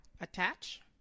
Attach